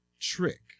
trick